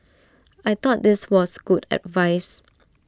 I thought this was good advice